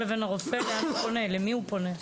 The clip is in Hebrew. למי הוא פונה?